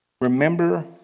Remember